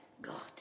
God